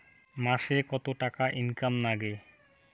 মাসে কত টাকা ইনকাম নাগে?